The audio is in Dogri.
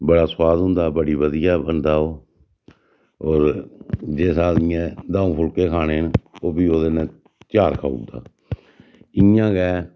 बड़ा सुआद होंदा बड़ी बधिया बनदा ओह् होर जिस आदमियै द'ऊं फुलके खाने न ओह् बी ओह्दे कन्नै चार फलके खाउड़दा इ'यां गै